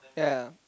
ya